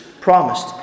promised